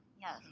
Yes